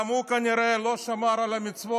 גם הוא כנראה לא שמר על המצוות,